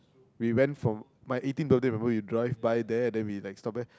we went from my eighteenth birthday remember you drive by there and then we like stop there